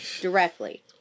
directly